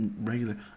regular